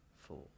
four